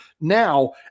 now